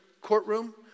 courtroom